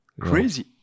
Crazy